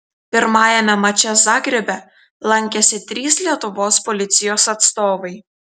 pirmajame mače zagrebe lankėsi trys lietuvos policijos atstovai